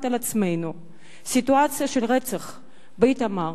על עצמנו את הסיטואציה של הרצח באיתמר,